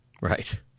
Right